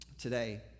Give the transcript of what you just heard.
today